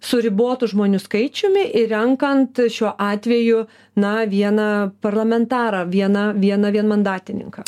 su ribotu žmonių skaičiumi ir renkant šiuo atveju na vieną parlamentarą viena viena vienmandatininką